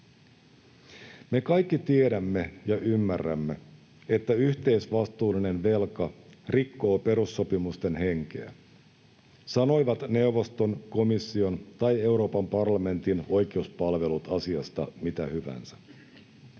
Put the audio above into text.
Me kaikki tiedämme ja ymmärrämme, että yhteisvastuullinen velka rikkoo perussopimusten henkeä, sanoivat neuvoston, komission tai Euroopan parlamentin oikeuspalvelut asiasta mitä hyvänsä.